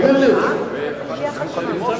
אותו.